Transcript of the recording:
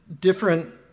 different